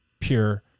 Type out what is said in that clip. pure